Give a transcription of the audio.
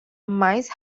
mais